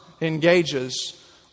engages